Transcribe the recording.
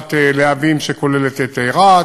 בתחנת להבים, שכוללת את רהט,